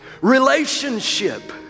relationship